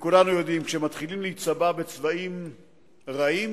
כולנו יודעים שכשמתחילים להיצבע בצבעים רעים,